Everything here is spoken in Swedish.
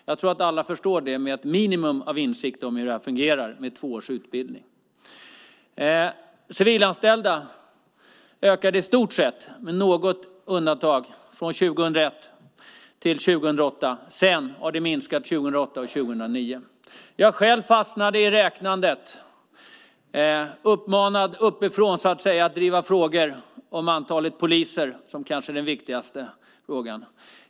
Jag tror att alla förstår det med ett minimum av insikt om hur det fungerar med två års utbildning. Antalet civilanställda ökade med något undantag i stort sett från 2001 till 2008; sedan har det minskat 2008 och 2009. Jag har själv fastnat i räknandet, uppmanad uppifrån för att driva frågan om antalet poliser som kanske den viktigaste frågan.